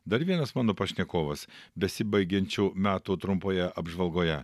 dar vienas mano pašnekovas besibaigiančių metų trumpoje apžvalgoje